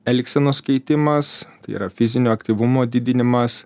elgsenos keitimas tai yra fizinio aktyvumo didinimas